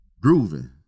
Grooving